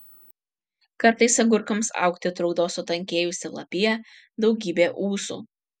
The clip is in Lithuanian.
kartais agurkams augti trukdo sutankėjusi lapija daugybė ūsų